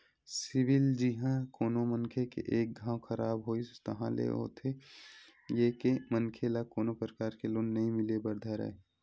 CIBIL जिहाँ कोनो मनखे के एक घांव खराब होइस ताहले होथे ये के मनखे ल कोनो परकार ले लोन नइ मिले बर धरय